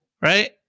Right